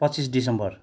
पच्चिस डिसम्बर